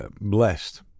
blessed